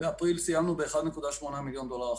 באפריל סיימנו ב-1.8 מיליון דולר הכנסות.